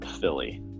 Philly